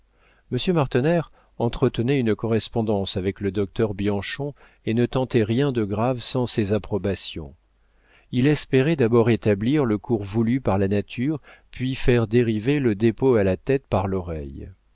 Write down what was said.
martener entretenait une correspondance avec le docteur bianchon et ne tentait rien de grave sans ses approbations il espérait d'abord établir le cours voulu par la nature puis faire dériver le dépôt à la tête par l'oreille